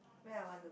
where I want to